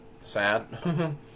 sad